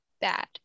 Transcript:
bad